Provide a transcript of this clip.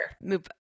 move